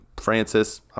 Francis